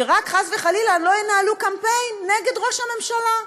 שרק חס וחלילה לא ינהלו קמפיין נגד ראש הממשלה.